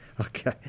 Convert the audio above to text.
Okay